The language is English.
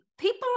People